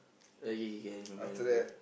oh K K K I remember I remember